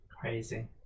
crazy